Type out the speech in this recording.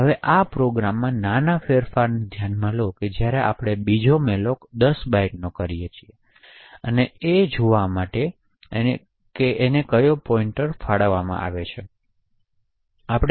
હવે પ્રોગ્રામમાં નાના ફેરફારને ધ્યાનમાં લો જ્યાં આપણે બીજો મેલોક 10 બાઇટ્સનો બોલાવીએ છીએ અને જોવા માટે પોઇન્ટર ફાળવીએ છીએ